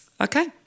okay